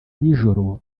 y’ijoro